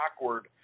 awkward